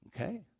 Okay